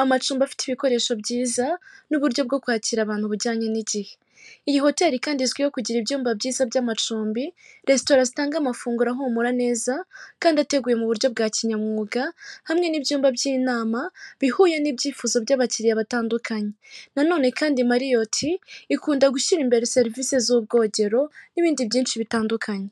amacumbi afite ibikoresho byiza n'uburyo bwo kwakira abantu bujyanye n'igihe. Iyi hoteli kandi izwiho kugira ibyumba byiza by'amacumbi, resitora zitanga amafunguro ahumura neza kandi ateguwe mu buryo bwa kinyamwuga, hamwe n'ibyumba by'inama bihuye n'ibyifuzo by'abakiriya batandukanye. Na none kandi Mariyoti ikunda gushyira imbere serivisi z'ubwogero n'ibindi byinshi bitandukanye.